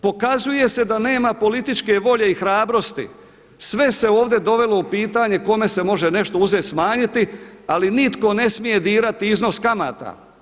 Pokazuje se da nema političke volje i hrabrosti, sve se ovdje dovelo u pitanje kome se može nešto uzeti smanjiti ali nitko ne smije dirati iznos kamata.